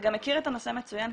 אתה גם מכיר את הנושא מצוין,